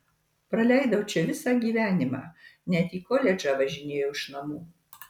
praleidau čia visą gyvenimą net į koledžą važinėjau iš namų